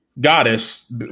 goddess